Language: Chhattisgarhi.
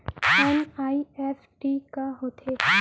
एन.ई.एफ.टी का होथे?